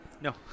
No